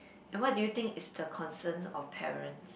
and what do you think is the concerns of parents